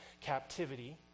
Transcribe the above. captivity